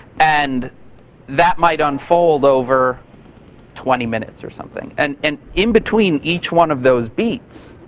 and that might unfold over twenty minutes or something. and and in between each one of those beats,